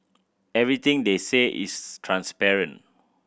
everything they say is transparent